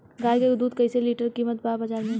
गाय के दूध कइसे लीटर कीमत बा बाज़ार मे?